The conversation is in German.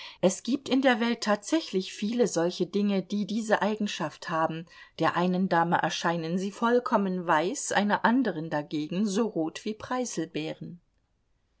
es gibt in der welt tatsächlich viele solche dinge die diese eigenschaft haben der einen dame erscheinen sie vollkommen weiß einer anderen dagegen so rot wie preißelbeeren